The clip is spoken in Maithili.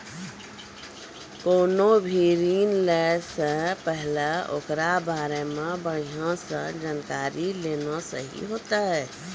कोनो भी ऋण लै से पहिले ओकरा बारे मे बढ़िया से जानकारी लेना सही होतै